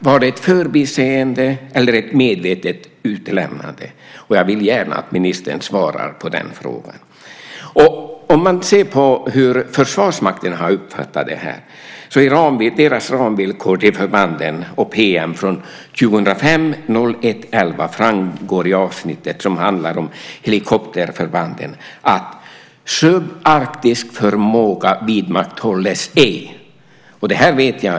Var det ett förbiseende eller ett medvetet utelämnande? Och jag vill gärna att ministern svarar på den frågan. I Försvarsmaktens ramvillkor till förbanden och pm från den 11 januari 2005 framgår det i avsnittet som handlar om helikopterförbanden hur Försvarsmakten har uppfattat detta. Där står följande: "Subarktisk förmåga vidmakthålles ej." Detta vet jag.